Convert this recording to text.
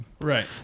Right